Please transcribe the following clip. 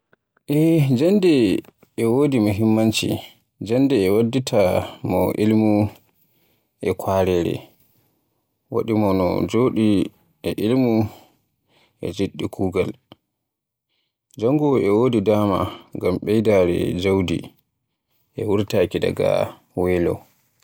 Eey jaande e wodi muhimmanci ngam Jannde e waɗɗita mo e ilmi e kwareere waɗi mo na jooɗi daɗi e al'umma e jeɗɗi kuugal. Janngowo e wodi daama ngam beydaare jawdi e wutaaki daga welo.